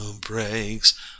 breaks